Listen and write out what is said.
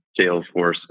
Salesforce